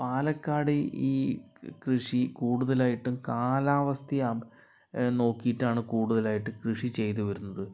പാലക്കാട് ഈ കൃഷി കൂടുതാലായിട്ടും കാലാവസ്ഥയെ നോക്കിയിട്ടാണ് കൂടുതലായിട്ട് കൃഷി ചെയ്തു വരുന്നത്